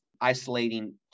isolating